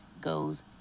goes